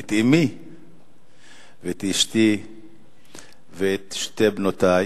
את אמי ואת אשתי ואת שתי בנותי,